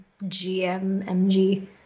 GMMG